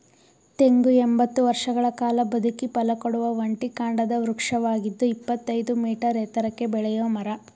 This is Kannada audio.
ತೆಂಗು ಎಂಬತ್ತು ವರ್ಷಗಳ ಕಾಲ ಬದುಕಿ ಫಲಕೊಡುವ ಒಂಟಿ ಕಾಂಡದ ವೃಕ್ಷವಾಗಿದ್ದು ಇಪ್ಪತ್ತಯ್ದು ಮೀಟರ್ ಎತ್ತರಕ್ಕೆ ಬೆಳೆಯೋ ಮರ